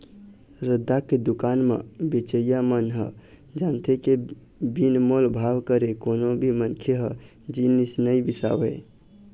रद्दा के दुकान म बेचइया मन ह जानथे के बिन मोल भाव करे कोनो भी मनखे ह जिनिस नइ बिसावय